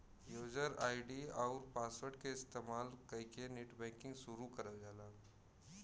user ID आउर password क इस्तेमाल कइके नेटबैंकिंग शुरू करल जाला